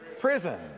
prison